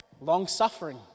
long-suffering